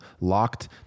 locked